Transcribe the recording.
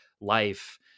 life